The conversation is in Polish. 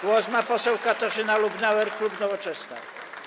Głos ma poseł Katarzyna Lubnauer, klub Nowoczesna.